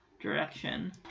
direction